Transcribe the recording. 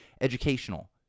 educational